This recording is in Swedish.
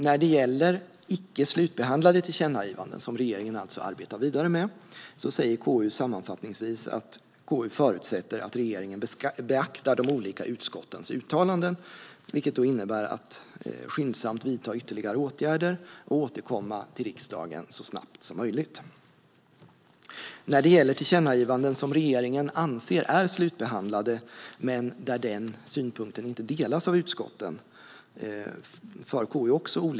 När det gäller icke slutbehandlade tillkännagivanden - sådana som regeringen arbetar vidare med - säger KU sammanfattningsvis att man förutsätter att regeringen beaktar utskottens uttalanden. Detta innebär att regeringen skyndsamt ska vidta ytterligare åtgärder och återkomma till riksdagen så snabbt som möjligt. KU för också olika resonemang när det gäller tillkännagivanden som regeringen anser är slutbehandlade men när den synpunkten inte delas av utskotten.